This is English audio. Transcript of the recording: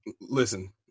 listen